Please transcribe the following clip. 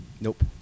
Nope